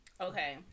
Okay